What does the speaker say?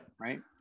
Right